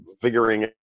figuring